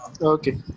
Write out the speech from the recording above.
Okay